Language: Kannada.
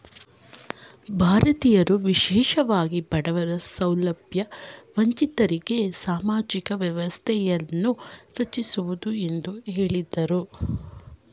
ಭಾರತೀಯರು ವಿಶೇಷವಾಗಿ ಬಡವರ ಸೌಲಭ್ಯ ವಂಚಿತರಿಗೆ ಸಾಮಾಜಿಕ ವ್ಯವಸ್ಥೆಯನ್ನು ರಚಿಸುವುದು ಎಂದು ಹೇಳಿದ್ರು